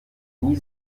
nie